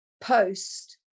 post